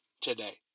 today